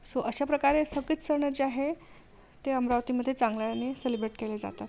so अशा प्रकारे सगळेच सण जे आहे ते अमरावतीमध्ये चांगल्यानी सेलिब्रेट केले जातात